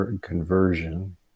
conversion